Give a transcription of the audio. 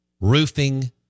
Roofing